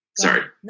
Sorry